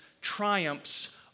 triumphs